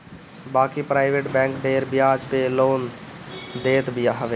बाकी private bank ढेर बियाज पअ लोन देत हवे